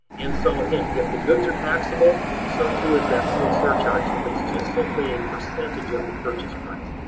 and so again, if the goods are taxable, so too is that fuel surcharge if it's just simply a percentage of the purchase price.